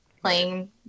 playing